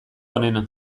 onena